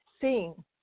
seeing